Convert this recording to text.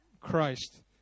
Christ